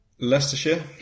Leicestershire